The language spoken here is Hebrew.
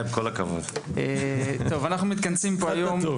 אנחנו מתכנסים פה היום,